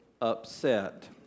upset